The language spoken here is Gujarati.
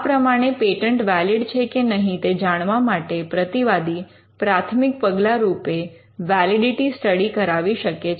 આ પ્રમાણે પેટન્ટ વૅલિડ છે કે નહીં તે જાણવા માટે પ્રતિવાદી પ્રાથમિક પગલાંરૂપે વૅલિડિટિ સ્ટડી કરાવી શકે છે